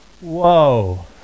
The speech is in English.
Whoa